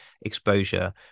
exposure